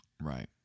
Right